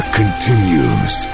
continues